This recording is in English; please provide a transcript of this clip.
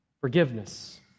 forgiveness